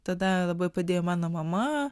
tada labai padėjo mano mama